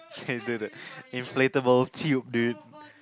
can do the inflatable tube dude